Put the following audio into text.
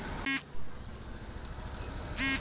दिवालियापन कोट के औडर से घोषित कएल जाइत छइ